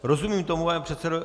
Rozumím tomu, pane předsedo?